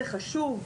זה חשוב,